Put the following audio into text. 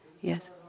Yes